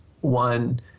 one